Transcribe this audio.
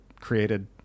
created